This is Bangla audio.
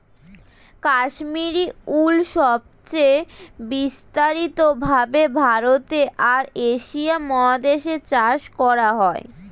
কাশ্মীরি উল সবচেয়ে বিস্তারিত ভাবে ভারতে আর এশিয়া মহাদেশে চাষ করা হয়